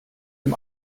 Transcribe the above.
dem